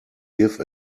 give